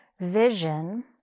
vision